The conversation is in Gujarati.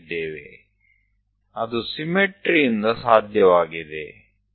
તે વધારે પ્રમાણમાં સમમિત દ્વારા થશે